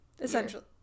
essentially